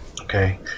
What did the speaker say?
Okay